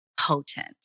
potent